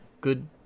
good